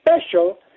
special